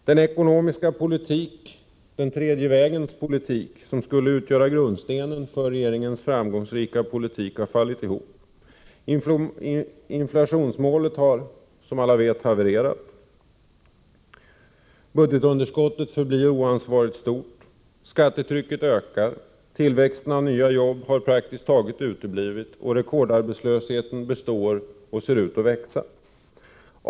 Den tredje vägens politik, den ekonomiska politik som skulle utgöra grundstenen för regeringens framgångar, har fallit ihop. Inflationsmålet har som alla vet havererat, budgetunderskottet förblir oansvarigt stort, skattetrycket ökar, tillväxten av nya jobb har praktiskt taget uteblivit och rekordarbetslösheten består och ser ut att växa.